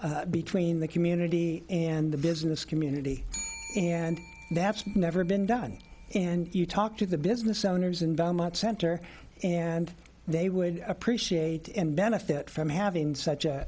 zone between the community and the business community and that's never been done and you talk to the business owners in belmont center and they would appreciate and benefit from having such a